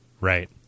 right